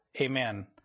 Amen